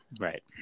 right